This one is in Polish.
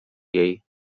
jej